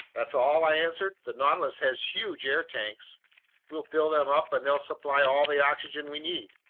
that's all? i answered. the nautilus has huge air tanks we'll fill them up and they'll supply all the oxygen we need.